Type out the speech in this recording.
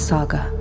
Saga